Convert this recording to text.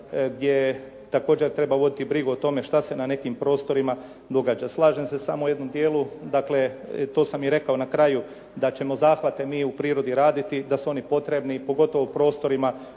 gdje također treba voditi brigu o tome šta se na nekim prostorima događa. Slažem se samo u jednom dijelu, dakle to sam i rekao na kraju, da ćemo zahvate mi u prirodi raditi, da su oni potrebni pogotovo u prostorima